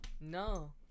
No